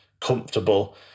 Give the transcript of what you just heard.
comfortable